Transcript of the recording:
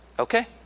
Okay